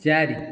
ଚାରି